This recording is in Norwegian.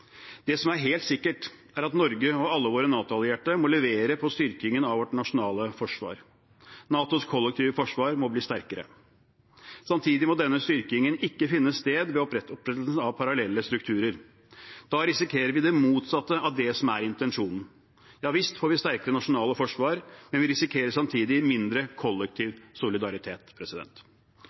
Det som er helt sikkert, er at Norge og alle våre NATO-allierte må levere på styrkingen av våre nasjonale forsvar. NATOs kollektive forsvar må bli sterkere. Samtidig må denne styrkingen ikke finne sted ved opprettelsen av parallelle strukturer. Da risikerer vi det motsatte av det som er intensjonen. Ja visst får vi sterkere nasjonale forsvar, men vi risikerer samtidig mindre kollektiv solidaritet.